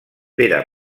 pere